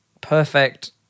perfect